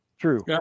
True